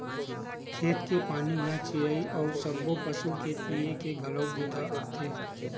खेत के पानी ह चिरई अउ सब्बो पसु के पीए के घलोक बूता आथे